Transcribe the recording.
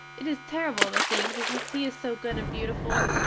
it is terrible to think because he is so good and beautiful!